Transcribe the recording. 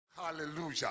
Hallelujah